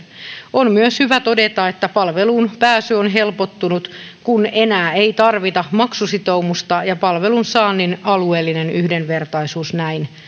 on myös hyvä todeta että palveluun pääsy on helpottunut kun enää ei tarvita maksusitoumusta ja palvelun saannin alueellinen yhdenvertaisuus on näin